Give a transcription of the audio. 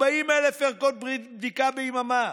40,000 ערכות בדיקה ביממה.